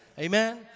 Amen